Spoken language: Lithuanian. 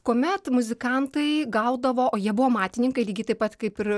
kuomet muzikantai gaudavo o jie buvo matininkai lygiai taip pat kaip ir